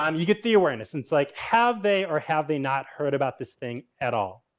um you get the awareness. it's like, have they or have they not heard about this thing at all?